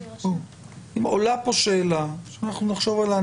עולה פה שאלה שאנחנו נחשוב עליה,